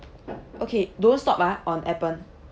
okay don't stop ah on appen